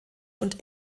und